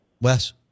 Wes